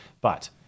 But-